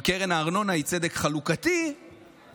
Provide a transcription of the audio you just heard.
אם קרן הארנונה היא צדק חלוקתי מדהים,